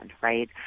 right